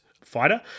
fighter